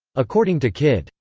according to kidd,